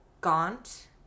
gaunt